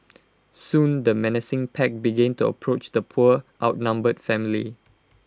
soon the menacing pack began to approach the poor outnumbered family